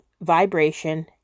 vibration